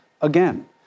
again